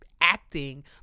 acting